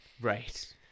Right